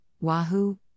wahoo